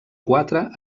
quatre